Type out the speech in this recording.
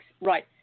Right